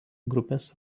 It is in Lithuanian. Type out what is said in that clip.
grupės